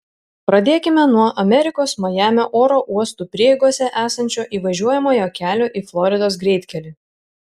pradėkime nuo amerikos majamio oro uostų prieigose esančio įvažiuojamojo kelio į floridos greitkelį